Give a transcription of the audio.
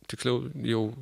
tiksliau jau